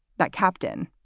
that captain,